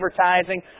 advertising